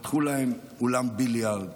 פתחו להם אולם ביליארד,